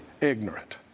ignorant